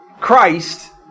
Christ